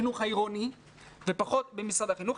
החינוך העירוני ופחות במשרד החינוך.